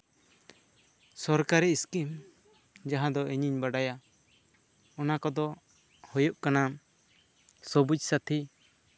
ᱥᱚᱨᱠᱟᱨᱤ ᱥᱠᱤᱢ ᱡᱟᱦᱟᱸ ᱫᱚ ᱤᱧᱤᱧ ᱵᱟᱲᱟᱭᱟ ᱚᱱᱟ ᱠᱚᱫᱚ ᱦᱩᱭᱩᱜ ᱠᱟᱱᱟ ᱥᱚᱵᱩᱡ ᱥᱟᱛᱷᱤ